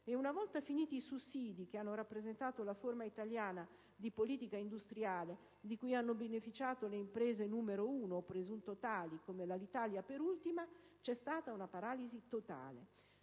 E una volta finiti i sussidi, che hanno rappresentato la forma italiana di politica industriale di cui hanno beneficiato le imprese numero uno (o presunte tali, come l'Alitalia per ultima), c'è stata una paralisi totale.